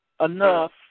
enough